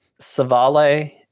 Savale